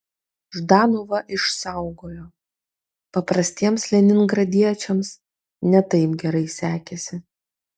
ždanovą išsaugojo paprastiems leningradiečiams ne taip gerai sekėsi